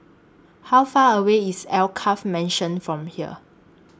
How Far away IS Alkaff Mansion from here